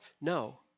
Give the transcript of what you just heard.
No